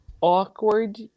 awkward